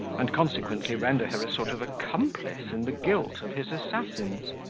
and consequently render her a sort of accomplice in the guilt of his assassins.